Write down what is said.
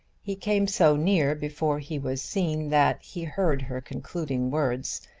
he came so near before he was seen that he heard her concluding words.